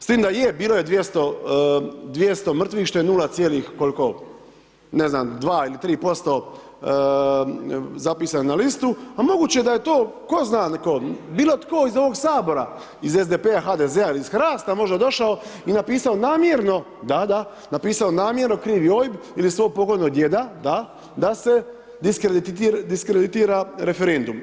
S time da je, bilo je 200, 200 mrtvih što je 0 cijelih, ne znam 0,2 ili 0,3%, zapisano na listu a moguće je da je to tko zna tko, bilo tko iz ovog Sabora iz SDP-a, HDZ-a ili iz HRAST-a možda došao i napisao namjerno …... [[Upadica se ne čuje.]] Da, da, napisao namjerno krivi OIB ili svog pokojnog djeda, da, da se diskreditira referendum.